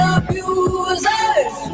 abusers